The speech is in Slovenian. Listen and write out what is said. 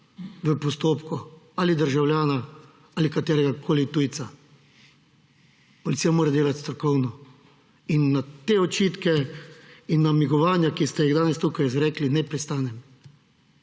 v postopku, ali državljana ali kateregakoli tujca. Policija mora delati strokovno. In na te očitke in namigovanja, ki ste jih danes tukaj izrekli, ne pristanem.